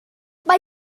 mae